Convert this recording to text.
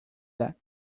that